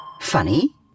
Funny